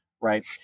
right